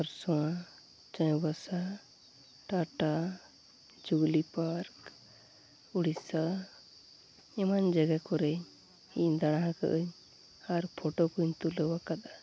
ᱠᱷᱟᱨᱥᱚᱶᱟ ᱪᱟᱭᱵᱟᱥᱟ ᱴᱟᱴᱟ ᱡᱩᱜᱽᱞᱤ ᱯᱟᱨᱠ ᱳᱰᱤᱥᱟ ᱮᱢᱟᱱ ᱡᱟᱜᱟ ᱠᱚᱨᱮ ᱤᱧ ᱫᱟᱬᱟ ᱟᱠᱟᱫᱟᱹᱧ ᱟᱨ ᱯᱷᱳᱴᱳ ᱠᱚᱹᱧ ᱛᱩᱞᱟᱹᱣ ᱟᱠᱟᱫᱟ